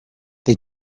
they